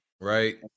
right